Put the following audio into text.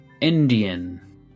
indian